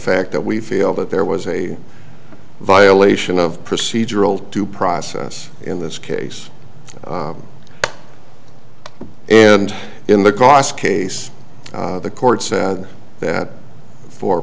fact that we feel that there was a violation of procedural due process in this case and in the cos case the court said that fo